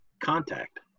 contact